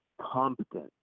competent